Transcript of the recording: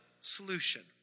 solution